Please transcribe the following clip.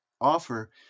offer